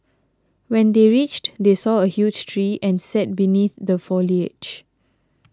when they reached they saw a huge tree and sat beneath the foliage